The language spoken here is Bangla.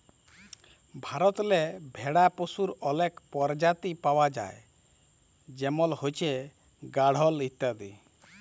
ভারতেল্লে ভেড়া পশুর অলেক পরজাতি পাউয়া যায় যেমল হছে গাঢ়ল ইত্যাদি